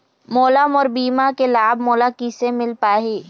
मोला मोर बीमा के लाभ मोला किसे मिल पाही?